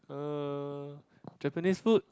uh Japanese food